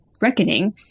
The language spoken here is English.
reckoning